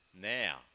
now